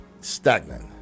stagnant